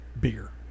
beer